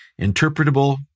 interpretable